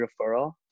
referral